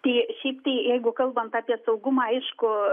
tai šiaip tai jeigu kalbant apie saugumą aišku